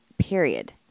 period